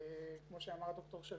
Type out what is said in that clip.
כמו שאמר ד"ר שביט,